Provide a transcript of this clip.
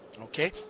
Okay